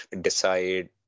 decide